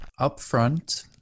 upfront